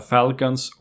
Falcons